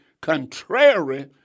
contrary